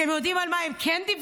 אתם יודעים על מה הם כן דיווחו?